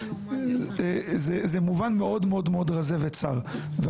זה מובן מאוד רזה וצר על כך,